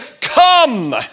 come